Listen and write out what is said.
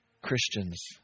Christians